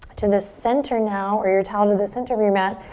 to the center now or your towel to the center of your mat.